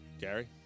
Gary